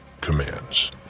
commands